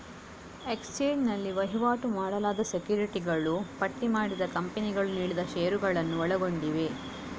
exchange ನಲ್ಲಿ ವಹಿವಾಟು ಮಾಡಲಾದ ಸೆಕ್ಯುರಿಟಿಗಳು ಪಟ್ಟಿ ಮಾಡಿದ ಕಂಪನಿಗಳು ನೀಡಿದ ಷೇರುಗಳನ್ನು ಒಳಗೊಂಡಿವೆ